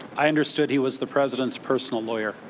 i understood he was the president's personal lawyer.